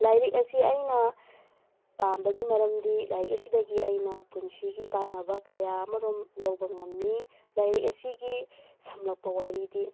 ꯂꯥꯏꯔꯤꯛ ꯑꯁꯤ ꯑꯩꯅ ꯄꯥꯝꯕꯒꯤ ꯃꯔꯝꯗꯤ ꯂꯥꯏꯔꯤꯛ ꯑꯁꯤꯗꯒꯤ ꯑꯩꯅ ꯄꯨꯟꯁꯤꯒꯤ ꯀꯥꯟꯅꯕ ꯀꯌꯥ ꯑꯃꯔꯣꯝ ꯂꯧꯕ ꯉꯝꯃꯤ ꯂꯥꯏꯔꯤꯛ ꯑꯁꯤꯒꯤ ꯁꯝꯂꯞꯄ ꯋꯥꯔꯤꯗꯤ